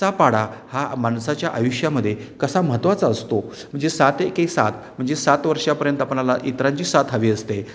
चा पाढा हा माणसाच्या आयुष्यामध्ये कसा महत्वाचा असतो म्हणजे सात एके सात म्हणजे सात वर्षापर्यंत आपणाला इतरांची साथ हवी असते